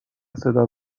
صدا